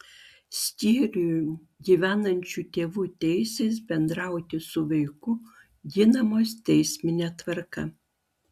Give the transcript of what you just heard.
skyrium gyvenančių tėvų teisės bendrauti su vaiku ginamos teismine tvarka